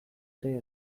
ere